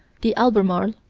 the albemarle,